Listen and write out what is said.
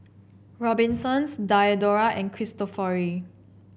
Robinsons Diadora and Cristofori